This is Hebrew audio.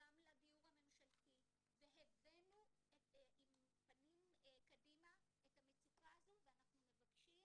גם לדיור הממשלתי והבאנו עם פנים קדימה את המצוקה הזו ואנחנו מבקשים